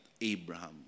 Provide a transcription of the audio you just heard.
Abraham